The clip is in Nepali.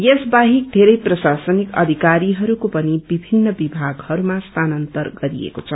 यस बाहेक धेरै प्रशासनिक अधिक्परीहरूको पनि विभिन्न विभागहरूमा स्थानन्तरण गरिएक्रे छ